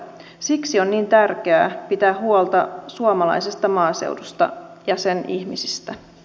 siksi on niin tärkeää pitää huolta suomalaisesta maaseudusta ja sen ihmisistä